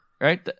right